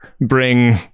bring